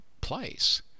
place